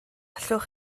allwch